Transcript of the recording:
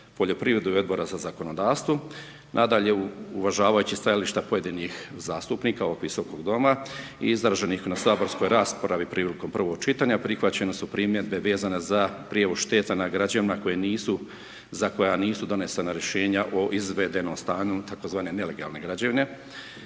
poljoprivredu i Odbora za zakonodavstvo. Nadalje, uvažavajući stajališta pojedinih zastupnika ovog Visokog doma izraženih na saborskoj raspravi prilikom prvog čitanja prihvaćene su primjedbe vezane za prijevoz šteta na građevinama za koje nisu, za koja nisu donesena rješenja o izvedenom stanju tzv. nelegalne građevine.